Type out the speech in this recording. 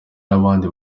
n’abandi